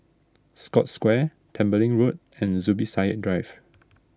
Scotts Square Tembeling Road and Zubir Said Drive